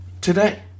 today